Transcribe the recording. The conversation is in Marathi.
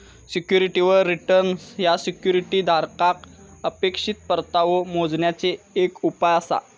सिक्युरिटीवर रिटर्न ह्या सिक्युरिटी धारकाक अपेक्षित परतावो मोजण्याचे एक उपाय आसा